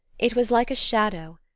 it was like a shadow,